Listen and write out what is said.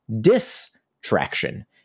distraction